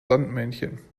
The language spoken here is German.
sandmännchen